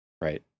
right